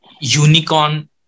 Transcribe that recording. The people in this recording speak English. unicorn